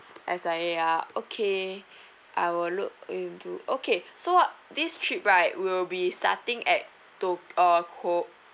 S_I_A ah okay I will look into okay so this trip right will be starting at to~ uh ko~